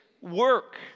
work